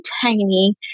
tiny